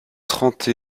trente